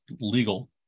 legal